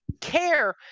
care